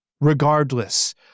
regardless